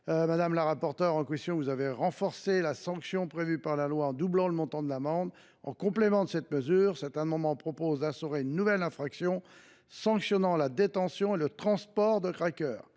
Madame la rapporteure, en commission, vous avez renforcé la sanction prévue par la loi, en doublant le montant de l’amende. En complément de cette mesure, cet amendement vise à instaurer une nouvelle infraction sanctionnant la détention et le transport de crackers.